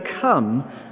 come